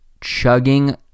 chugging